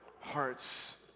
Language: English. hearts